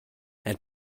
and